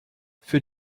für